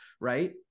right